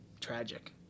Tragic